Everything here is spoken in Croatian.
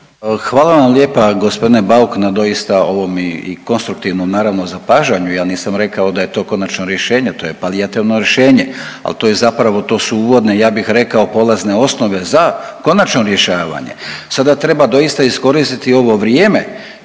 Hvala vam lijepa gospodine Bauk na doista ovom i konstruktivnom naravno zapažanju. Ja nisam rekao da je to konačno rješenje, to je palijativno rješenje, ali to je zapravo, to su uvodne ja bih rekao polazne osnove za konačno rješavanje. Sada treba doista iskoristiti ovo vrijeme